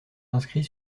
inscrits